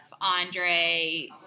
Andre